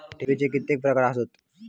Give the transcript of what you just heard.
ठेवीचे कितके प्रकार आसत?